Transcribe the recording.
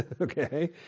Okay